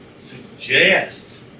suggest